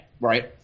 right